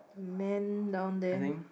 man down there